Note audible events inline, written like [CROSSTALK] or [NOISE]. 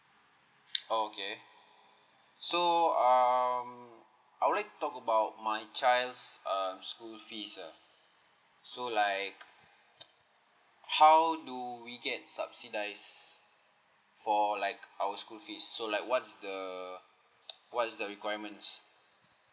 oh okay so um I would like to talk about my child's uh school fees ah so like [NOISE] how do we get subsidized for like our school fees so like what's the [NOISE] what is the requirements